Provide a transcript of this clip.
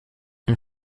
and